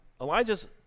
Elijah's